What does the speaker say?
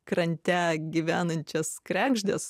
krante gyvenančias kregždės